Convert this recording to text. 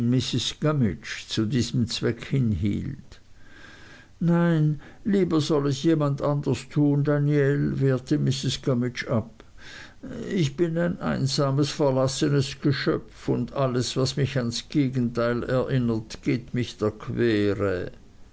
zu diesem zweck hinhielt nein lieber soll es jemand anders tun daniel wehrte mrs gummidge ab ich bin ein einsames verlassenes geschöpf und alles was mich ans gegenteil erinnert geht mich der quere